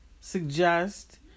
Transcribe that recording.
suggest